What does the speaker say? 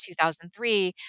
2003